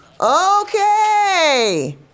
Okay